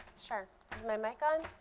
sure. is my mic on?